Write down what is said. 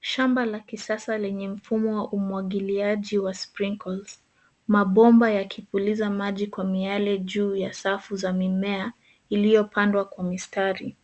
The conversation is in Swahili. Shamba la kisasa lenye mfumo wa umwagiliaji wa sprinkles . Mabomba yakipuliza maji kwa miale juu ya safu za mimea iliyopandwa kwa mistari.